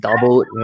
doubled